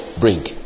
bring